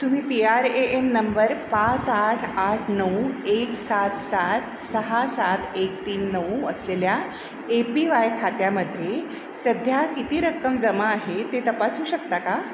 तुम्ही P R A N number पाच आठ आठ नऊ एक सात सात सहा सात एक तीन नऊ असलेल्या ए पी वाय खात्यामध्ये सध्या किती रक्कम जमा आहे ते तपासू शकता का